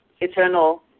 eternal